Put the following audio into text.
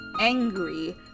angry